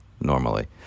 normally